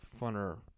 funner